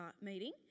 meeting